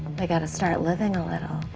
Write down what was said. they got to start living a little.